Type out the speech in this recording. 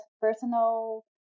personal